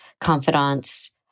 confidants